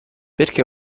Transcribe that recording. perché